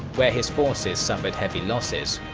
where his forces suffered heavy losses.